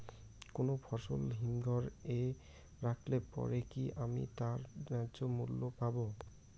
কোনো ফসল হিমঘর এ রাখলে পরে কি আমি তার ন্যায্য মূল্য পাব?